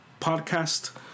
Podcast